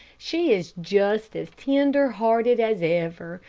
she is just as tender-hearted as ever,